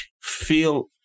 feel